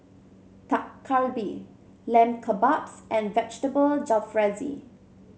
Dak Galbi Lamb Kebabs and Vegetable Jalfrezi